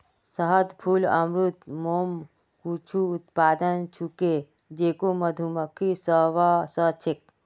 शहद, फूल अमृत, मोम कुछू उत्पाद छूके जेको मधुमक्खि स व स छेक